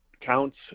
counts